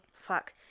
fuck –